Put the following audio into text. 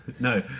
No